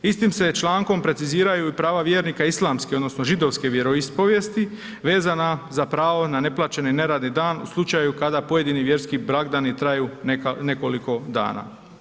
Istim se člankom preciziraju i prava vjernika islamske odnosno židovske vjeroispovjesti vezana za pravo na neplaćeni neradni dan u slučaju kada pojedini vjerski blagdani traju nekoliko dana.